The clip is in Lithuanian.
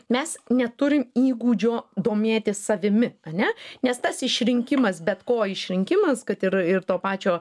mes neturim įgūdžio domėtis savimi ane nes tas išrinkimas bet ko išrinkimas kad ir ir to pačio